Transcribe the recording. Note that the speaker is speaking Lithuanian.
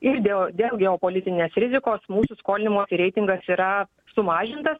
ir dėl dėl geopolitinės rizikos mūsų skolinimosi reitingas yra sumažintas